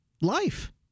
life